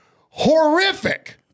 horrific